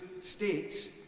states